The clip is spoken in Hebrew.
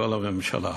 מכל הממשלה,